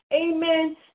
Amen